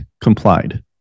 complied